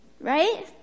right